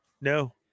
No